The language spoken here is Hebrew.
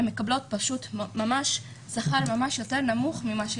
הן פשוט מקבלות שכר יותר נמוך.